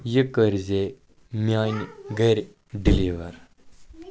یہِ کٔر زِ میانہِ گرٕ ڈیلیور